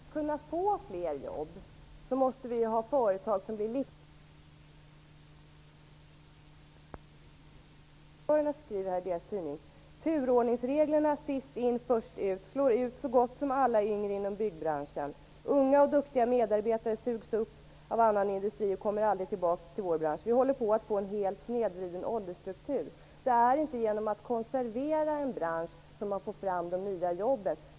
Herr talman! Om vi skall få fler jobb måste det finnas företag som är livskraftiga. Siab-chefen Jan Jeppsson skriver: ''Turordningsreglerna, ''sist in först ut', slår ut så gott som alla yngre inom byggbranschen. Unga och duktiga medarbetare sugs upp av annan industri och kommer aldrig tillbaka till vår bransch. Vi är på väg att få en helt snedvriden åldersstruktur.'' Det är inte genom att konservera en bransch som de nya jobben kommer fram.